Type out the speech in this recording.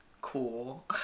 cool